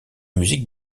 musique